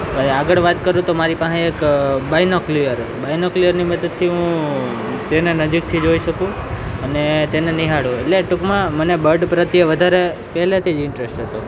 હવે આગળ વાત કરું તો મારી પાસે એક બાઈનોકલ્યુઅર બાઈનોકલ્યુઅરની મદદથી હું તેને નજીકથી જોઈ શકું અને તેને નિહાળું એટલે ટૂંકમાં મને બર્ડ પ્રત્યે વધારે પહેલેથી જ ઈન્ટરેસ્ટ હતો